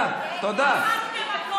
היא באה להטיף לנו.